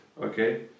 okay